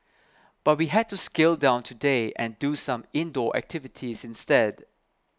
but we had to scale down today and do some indoor activities instead